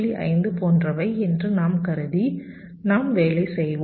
5 போன்றவை என்று நான் கருதி நாம் வேலை செய்வோம்